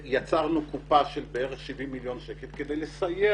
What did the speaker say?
ויצרנו קופה של בערך 70 מיליון שקלים כדי לסייע